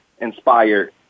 inspired